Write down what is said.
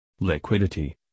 Liquidity